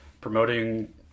promoting